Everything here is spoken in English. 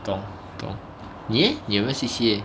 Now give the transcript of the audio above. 懂懂你 leh 你有没有 C_C_A